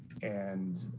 and